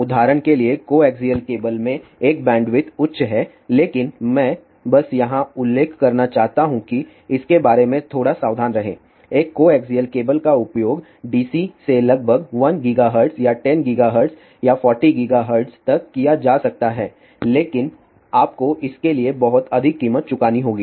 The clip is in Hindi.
उदाहरण के लिए कोएक्सिअल केबल में एक बैंडविड्थ उच्च है लेकिन मैं बस यहां उल्लेख करना चाहता हूं कि इसके बारे में थोड़ा सावधान रहें एक कोएक्सिअल केबल का उपयोग dc से लगभग 1 GHz या 10 GHz या 40 GHz तक किया जा सकता है लेकिन आपको इसके लिए बहुत अधिक कीमत चुकानी होगी